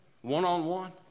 one-on-one